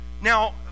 Now